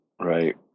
Right